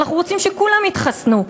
אנחנו רוצים שכולם יתחסנו.